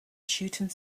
shooting